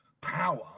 power